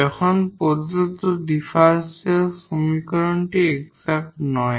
যখন প্রদত্ত ডিফারেনশিয়াল সমীকরণটি এক্সাট নয়